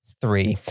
three